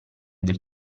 del